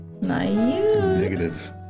negative